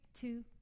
two